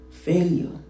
failure